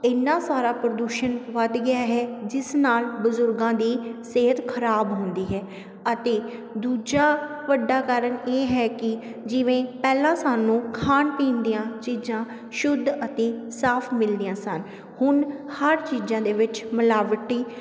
ਇੰਨਾ ਸਾਰਾ ਪ੍ਰਦੂਸ਼ਣ ਵੱਧ ਗਿਆ ਹੈ ਜਿਸ ਨਾਲ ਬਜ਼ੁਰਗਾਂ ਦੀ ਸਿਹਤ ਖਰਾਬ ਹੁੰਦੀ ਹੈ ਅਤੇ ਦੂਜਾ ਵੱਡਾ ਕਾਰਨ ਇਹ ਹੈ ਕਿ ਜਿਵੇਂ ਪਹਿਲਾਂ ਸਾਨੂੰ ਖਾਣ ਪੀਣ ਦੀਆਂ ਚੀਜ਼ਾਂ ਸ਼ੁੱਧ ਅਤੇ ਸਾਫ ਮਿਲਦੀਆਂ ਸਨ ਹੁਣ ਹਰ ਚੀਜ਼ਾਂ ਦੇ ਵਿੱਚ ਮਿਲਾਵਟੀ